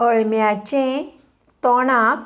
अळम्याचें तोंडाक